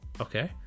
okay